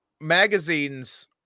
magazines